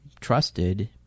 trusted